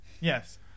Yes